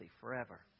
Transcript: forever